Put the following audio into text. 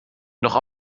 noch